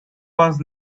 was